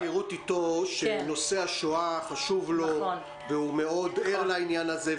אני יודע מהכרות איתו שנושא השואה חשוב לו והוא מאוד ער לעניין הזה.